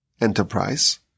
enterprise